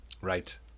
right